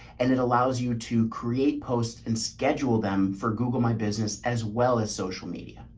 and it allows you to create posts and schedule them for google my business as well as social media.